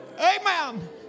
Amen